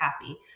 happy